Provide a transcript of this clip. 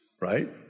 Right